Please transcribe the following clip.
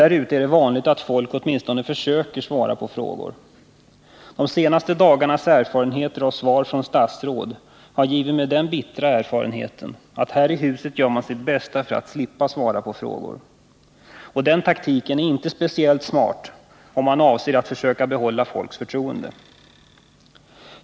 Där ute är det vanligt att folk Nr 30 åtminstone försöker svara på frågor. De senaste dagarnas erfarenheter av svar — Fredagen den från statsråd har givit mig den bittra erfarenheten att här i huset gör man sitt 16 november 1979 bästa för att slippa svara på frågor. Den taktiken är inte speciellt smart, om man avser att försöka behålla folks förtroende.